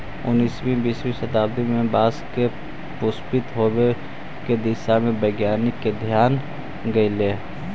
उन्नीसवीं बीसवीं शताब्दी में बाँस के पुष्पित होवे के दिशा में वैज्ञानिक के ध्यान गेलई